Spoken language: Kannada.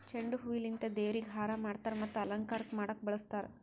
ಚೆಂಡು ಹೂವಿಲಿಂತ್ ದೇವ್ರಿಗ್ ಹಾರಾ ಮಾಡ್ತರ್ ಮತ್ತ್ ಅಲಂಕಾರಕ್ಕ್ ಮಾಡಕ್ಕ್ ಬಳಸ್ತಾರ್